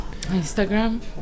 instagram